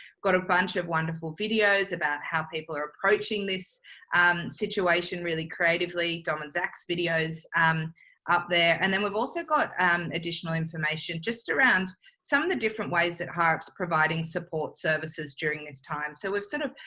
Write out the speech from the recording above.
got a bunch of wonderful videos about how people are approaching this situation really creatively, dom and zach's video's um up there, and then we have also got um additional information just around some of the different ways that hireup's providing support services during this time. so we've sort of,